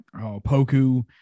Poku